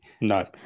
No